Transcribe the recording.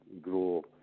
grow